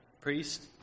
priest